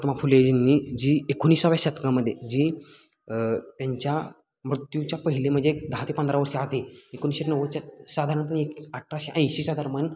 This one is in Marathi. महात्मा फुलेजींनी जी एकोणीसाव्या शतकामध्ये जी त्यांच्या मृत्यूच्या पहिले म्हणजे दहा ते पंधरा वर्षाआधी एकोणीशे नव्वदच्या साधारणपणे एक अठराशे ऐंशीचा दरम्यान